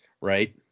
Right